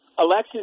election